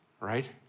right